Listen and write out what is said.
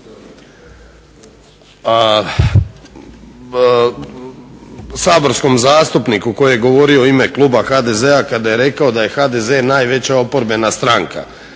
saborskom zastupniku koji je govorio u ime kluba HDZ-a kada je rekao da je HDZ najveća oporbena stranka.